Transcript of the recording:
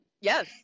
Yes